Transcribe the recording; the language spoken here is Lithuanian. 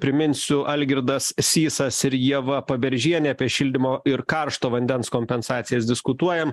priminsiu algirdas sysas ir ieva paberžienė apie šildymo ir karšto vandens kompensacijas diskutuojam